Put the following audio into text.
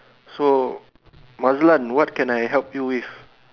so mazlan what can I help you with